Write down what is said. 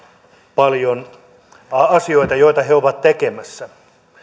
paljon asioita joita he ovat tekemässä